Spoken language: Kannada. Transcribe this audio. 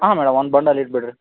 ಹಾಂ ಮೇಡಮ್ ಒಂದು ಬಂಡಲ್ ಇಟ್ಟು ಬಿಡಿ ರಿ